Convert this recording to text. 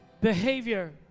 behavior